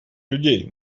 людей